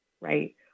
right